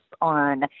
on